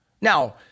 Now